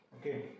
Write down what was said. Okay